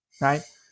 Right